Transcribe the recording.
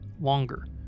longer